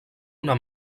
una